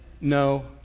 no